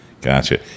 Gotcha